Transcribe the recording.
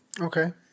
Okay